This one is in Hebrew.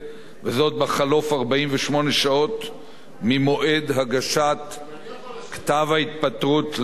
וזאת בחלוף 48 שעות ממועד הגשת כתב ההתפטרות כאמור לעיל.